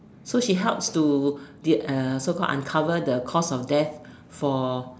so he's help to uh so called uncover the cause of deaths for